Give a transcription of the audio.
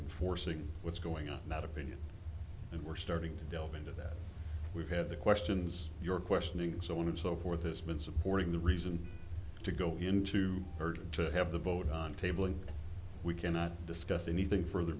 enforcing what's going on not opinion and we're starting to delve into that we have the questions you're questioning so what and so forth has been supporting the reason to go into urge to have the vote on table and we cannot discuss anything further